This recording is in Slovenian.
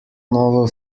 novo